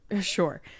Sure